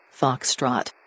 Foxtrot